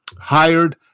hired